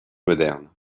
moderne